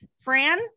Fran